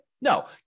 No